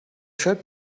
شاید